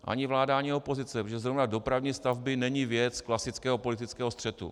Ani vláda, ani opozice, protože zrovna dopravní stavby nejsou věc klasického politického střetu.